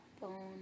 Bone